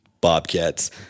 bobcats